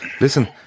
listen